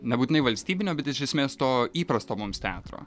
nebūtinai valstybinio bet iš esmės to įprasto mums teatro